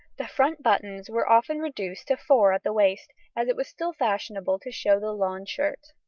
the front buttons were often reduced to four at the waist, as it was still fashionable to show the lawn shirt.